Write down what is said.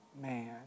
man